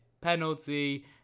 penalty